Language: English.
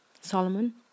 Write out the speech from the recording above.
Solomon